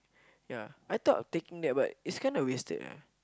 ya I thought of taking that but it's kind of wasted